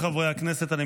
א'